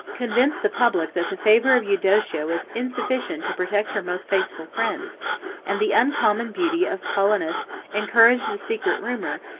convinced the public that the favor of eudocia was insufficient to protect her most faithful friends and the uncommon beauty of paulinus encouraged the secret rumor,